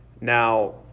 now